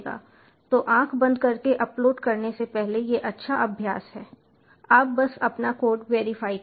तो आँख बंद करके अपलोड करने से पहले यह अच्छा अभ्यास है आप बस अपना कोड वेरीफाई करें